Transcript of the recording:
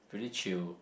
really chill